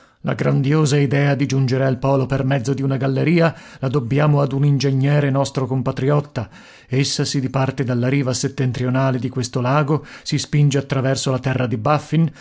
la grandiosa idea di giungere al polo per mezzo di una galleria la dobbiamo ad un ingegnere nostro compatriotta essa si diparte dalla riva settentrionale di questo lago si spinge attraverso la terra di